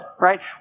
right